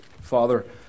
Father